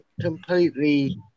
completely